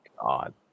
God